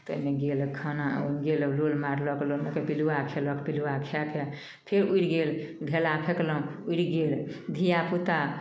तऽ ओहिमे गेल खाना गेल लोल मारलक लोल मारिकऽ पिलुआ खएलक पिलुआ खाइके फेर उड़ि गेल ढेला फेकलहुँ उड़ि गेल धिआपुता